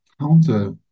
Counter